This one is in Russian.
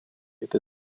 этой